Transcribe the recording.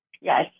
Yes